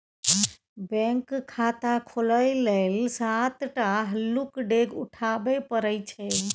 bank खाता खोलय लेल सात टा हल्लुक डेग उठाबे परय छै